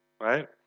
right